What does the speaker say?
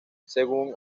según